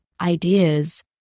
ideas